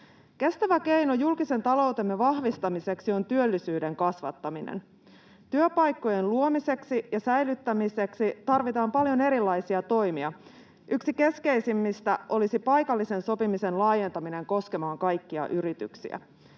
Kestävä keino julkisen taloutemme vahvistamiseksi on työllisyyden kasvattaminen. Työpaikkojen luomiseksi ja säilyttämiseksi tarvitaan paljon erilaisia toimia. Yksi keskeisimmistä olisi paikallisen sopimisen laajentaminen koskemaan kaikkia yrityksiä.